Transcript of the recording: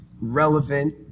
relevant